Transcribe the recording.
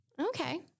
Okay